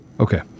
Okay